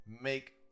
Make